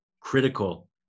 critical